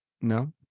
No